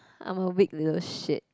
I'm a weak leader shit